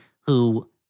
who-